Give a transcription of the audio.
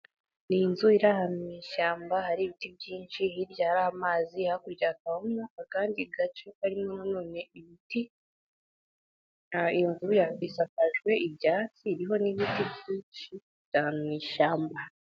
Ni inzu iri ahantu mu ishyamba, hari ibiti byinshi hirya hari amazi, hakurya hakabamo akandi gace karimo nanone ibiti, inzu isakajwe ibyatsi, iriho n'ibiti byinshi mu ishyamba.